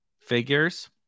figures